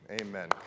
Amen